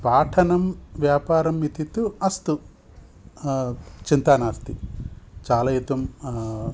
पाठनं व्यापारं इति तु अस्तु चिन्ता नास्ति चालयितुं